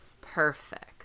perfect